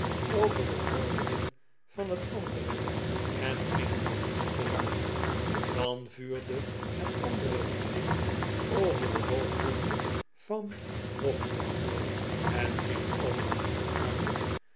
over de hoofden van het andere en ging dan achteruit dan vuurde het andere gelid over de hoofden van nog een ander en ging ook achteruit